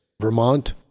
Vermont